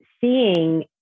seeing